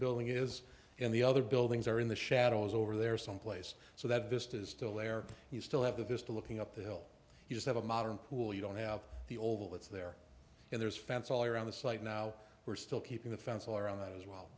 building is in the other buildings or in the shadows over there someplace so that vista is still there you still have the vista looking up the hill you just have a modern pool you don't have the oval it's there and there's fence all around the site now we're still keeping the fence all around that as well